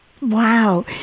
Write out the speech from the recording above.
Wow